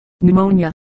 pneumonia